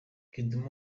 kidum